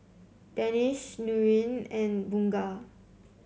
Danish Nurin and Bunga